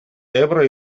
ebro